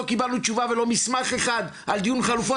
קיבלנו תשובה ולא מסמך אחד על דיון חלופות,